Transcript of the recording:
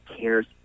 cares